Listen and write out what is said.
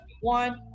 one